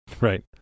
Right